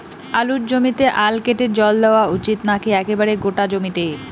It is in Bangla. আলুর জমিতে আল কেটে জল দেওয়া উচিৎ নাকি একেবারে গোটা জমিতে?